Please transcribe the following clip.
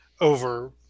over